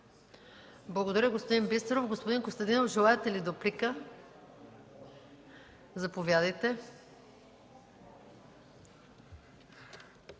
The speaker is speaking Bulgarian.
Благодаря, господин Бисеров. Господин Костадинов, желаете ли дуплика? Заповядайте.